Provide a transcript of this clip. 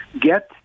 get